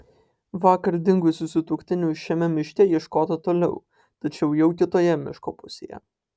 vakar dingusių sutuoktinių šiame miške ieškota toliau tačiau jau kitoje miško pusėje